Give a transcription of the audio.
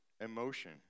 emotion